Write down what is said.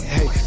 Hey